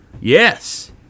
Yes